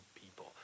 people